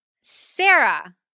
Sarah